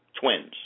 twins